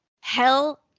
Hell